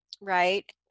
right